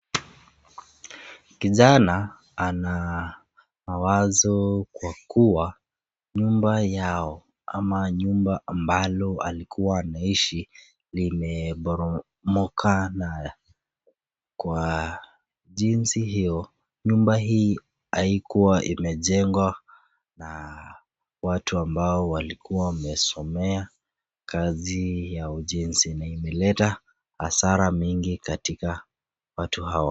Kijana anawaza kwa kuwa, nyumba yao ama nyumba ambalo walikuwa wanaishi, limeporomoka na kwa jinsi hiyo. Nyumba hii haikuwa imejengwa na watu ambao walikuwa wamesomea kazi ya ujenzi .Imeleta hasara mingi katika watu hawa.